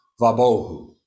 vabohu